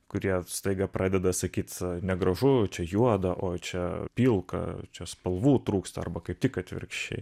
kurie staiga pradeda sakyt negražu čia juoda oi čia pilka čia spalvų trūksta arba kaip tik atvirkščiai